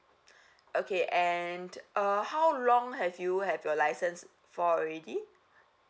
okay and uh how long have you have your license for already